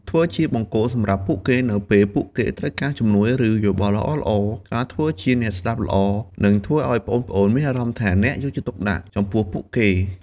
ធ្វើជាបង្គោលសម្រាប់ពួកគេនៅពេលពួកគេត្រូវការជំនួយ ឬយោបល់ល្អៗ ការធ្វើជាអ្នកស្ដាប់ល្អ នឹងធ្វើឱ្យប្អូនៗមានអារម្មណ៍ថាអ្នកយកចិត្តទុកដាក់ចំពោះពួកគេ ។